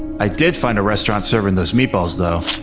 i did find a restaurant serving those meatballs though.